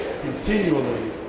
continually